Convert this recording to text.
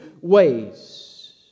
ways